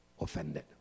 offended